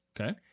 Okay